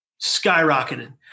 skyrocketed